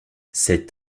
cet